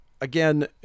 again